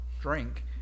drink